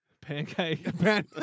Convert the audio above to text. Pancake